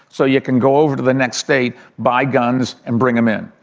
so you can go over to the next state, buy guns and bring them in.